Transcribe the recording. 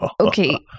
Okay